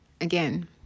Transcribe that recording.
Again